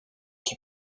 qui